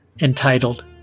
entitled